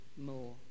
more